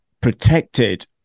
protected